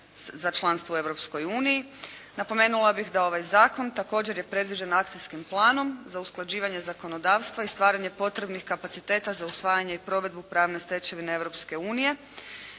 za članstvo u Europskoj uniji napomenula bih da ovaj zakon također je predviđeno akcijskim planom za usklađivanje zakonodavstva i stvaranje potrebnih kapaciteta za usvajanje i provedbu pravne stečevine